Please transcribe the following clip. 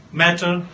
matter